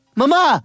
mama